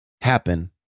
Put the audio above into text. happen